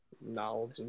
Knowledge